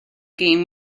game